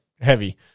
heavy